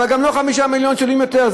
אבל גם לא 5 מיליון שקלים יותר,